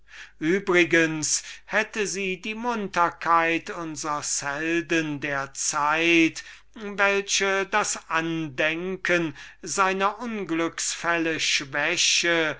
übrigen hätte sie seine munterkeit auf die rechnung der zeit welche das andenken seiner unglücksfälle schwäche